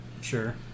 sure